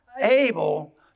able